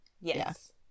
Yes